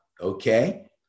okay